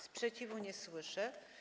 Sprzeciwu nie słyszę.